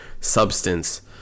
substance